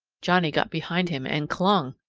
johnnie got behind him and clung!